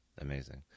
amazing